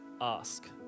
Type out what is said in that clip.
ask